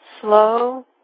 Slow